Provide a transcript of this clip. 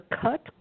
cut